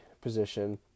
position